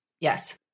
Yes